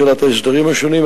שאלת ההסדרים השונים,